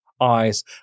eyes